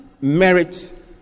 merit